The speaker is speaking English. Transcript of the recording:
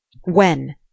When